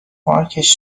مارکش